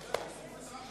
חבר הכנסת